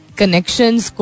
connections